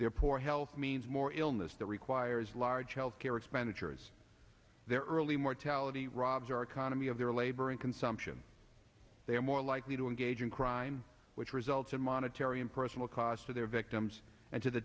their poor health means more illness that requires large health care expenditures their early mortality robs our economy of their labor and consumption they are more likely to engage in crime which results in monetary and personal cost to their victims and to the